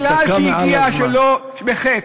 בגלל שהגיעה בחטא,